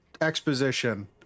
exposition